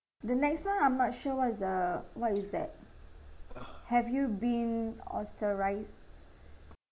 the next one I'm not sure what's the what is that have you been ostracised